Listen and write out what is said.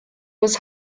was